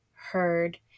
heard